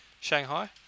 Shanghai